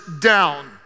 down